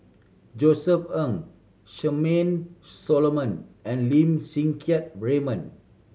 Josef Ng Charmaine Solomon and Lim Siang Keat Raymond